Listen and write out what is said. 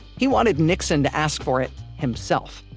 he wanted nixon to ask for it himself.